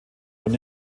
und